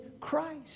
Christ